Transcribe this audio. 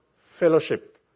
fellowship